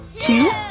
two